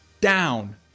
down